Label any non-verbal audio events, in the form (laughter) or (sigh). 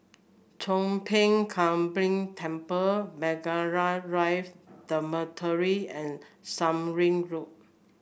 Chong Pang (unintelligible) Temple Margaret Rive Dormitory and Surin Road